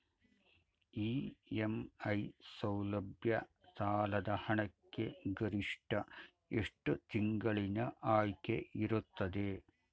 EMI ಸೌಲಭ್ಯ ಸಾಲದ ಹಣಕ್ಕೆ ಗರಿಷ್ಠ ಎಷ್ಟು ತಿಂಗಳಿನ ಆಯ್ಕೆ ಇರುತ್ತದೆ?